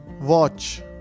Watch